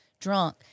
drunk